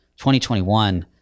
2021